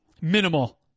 minimal